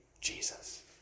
Jesus